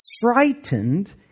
frightened